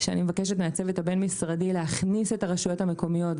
שאני מבקשת מהצוות הבין-משרדי להכניס את הרשויות המקומיות.